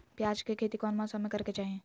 प्याज के खेती कौन मौसम में करे के चाही?